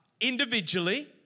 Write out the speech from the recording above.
individually